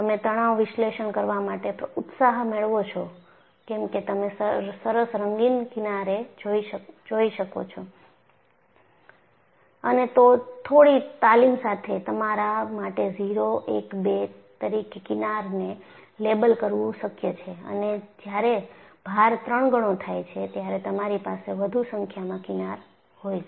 તમે તણાવ વિશ્લેષણ કરવા માટે ઉત્સાહ મેળવો છો કેમકે તમે સરસ રંગીન કિનારે જોઈ શકો છો અને થોડી તાલીમ સાથે તમારા માટે 0 1 2 તરીકે કિનારને લેબલ કરવું શક્ય છે અને જ્યારે ભાર ત્રણ ગણો થાય છે ત્યારે તમારી પાસે વધુ સંખ્યામાં કિનાર હોય છે